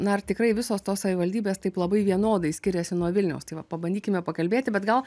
na ar tikrai visos tos savivaldybės taip labai vienodai skiriasi nuo vilniaus tai va pabandykime pakalbėti bet gal